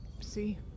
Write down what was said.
see